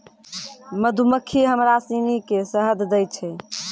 मधुमक्खी हमरा सिनी के शहद दै छै